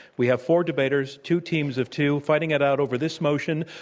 we have four debaters, two teams of two fighting it out over this motion,